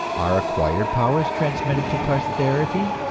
are acquired powers transmitted to posterity,